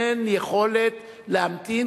אין יכולת להמתין,